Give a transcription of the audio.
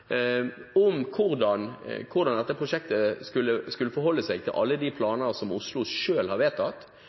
om hvordan dette prosjektet forholdt seg til alle de planene som Oslo selv har vedtatt,